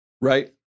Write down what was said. right